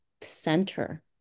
center